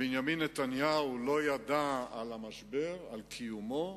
בנימין נתניהו לא ידע על המשבר, על קיומו?